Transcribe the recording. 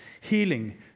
healing